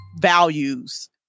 values